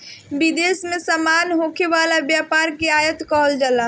विदेश में सामान होखे वाला व्यापार के आयात कहल जाला